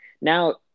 now